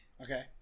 Okay